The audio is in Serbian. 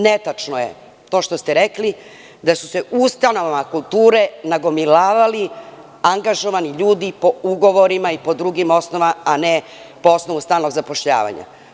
Netačno je to što ste rekli, da su se u ustanovama kulture nagomilavali angažovani ljudi po ugovorima i po drugim osnovama, a ne po osnovu stalnog zapošljavanja.